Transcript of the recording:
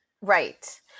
Right